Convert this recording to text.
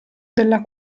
della